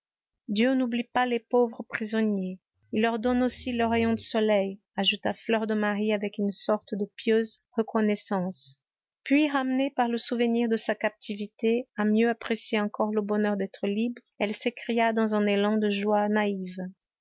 dieu n'oublie pas les pauvres prisonniers il leur donne aussi leur rayon de soleil ajouta fleur de marie avec une sorte de pieuse reconnaissance puis ramenée par le souvenir de sa captivité à mieux apprécier encore le bonheur d'être libre elle s'écria dans un élan de joie naïve